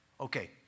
Okay